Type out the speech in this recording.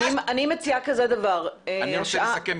אני מציעה כזה דבר --- אני רוצה לסכם,